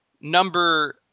Number